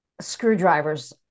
screwdrivers